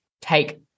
take